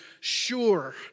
sure